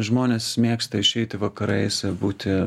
žmonės mėgsta išeiti vakarais būti